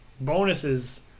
bonuses